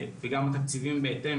וגם התקציבים בהתאם.